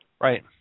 Right